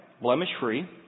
blemish-free